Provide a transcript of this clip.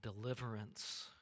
deliverance